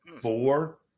four